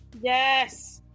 Yes